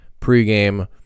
pregame